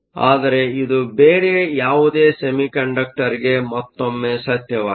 ಆದರೆ ಇದು ಬೇರೆ ಯಾವುದೇ ಸೆಮಿಕಂಡಕ್ಟರ್ಗೆ ಮತ್ತೊಮ್ಮೆ ಸತ್ಯವಾಗಿದೆ